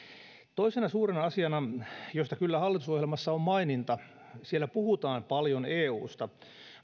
yhtenä suurena asiana josta hallitusohjelmassa on kyllä maininta eu siellä puhutaan paljon eusta